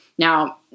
Now